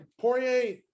Poirier